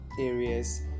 areas